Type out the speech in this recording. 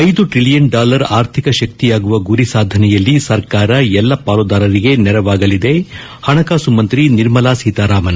ಐದು trillion dollar ಆರ್ಥಿಕ ಶಕ್ತಿಯಾಗುವ ಗುರಿ ಸಾಧನೆಯಲ್ಲಿ ಸರ್ಕಾರ ಎಲ್ಲ ಪಾಲುದಾರರಿಗೆ ನೆರವಾಗಲಿದೆ ಹಣಕಾಸು ಮಂತ್ರಿ ನಿರ್ಮಲಾ ಸೀತಾರಾಮನ್